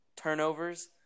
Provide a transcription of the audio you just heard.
turnovers